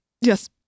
Yes